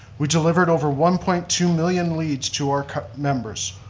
we delivered over one point two million leads to our members.